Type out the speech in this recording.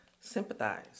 sympathize